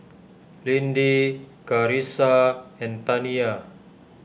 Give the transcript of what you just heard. Lindy Carissa and Taniya